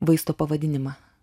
vaisto pavadinimą